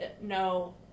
no